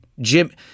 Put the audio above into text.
Jim